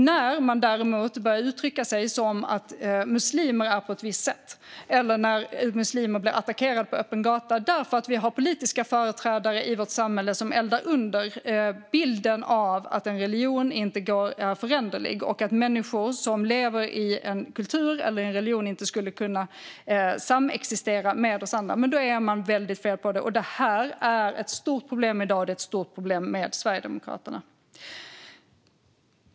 När man däremot börjar uttrycka sig som att muslimer är på ett visst sätt, eller när muslimer blir attackerade på öppen gata därför att vi har politiska företrädare i vårt samhälle som eldar under bilden av att en religion inte är föränderlig och att människor som lever i en kultur eller i en religion inte skulle kunna samexistera med oss andra, är det väldigt fel. Detta är ett stort problem i dag, och det är ett stort problem med Sverigedemokraterna.